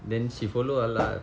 then she follow all lah